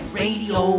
radio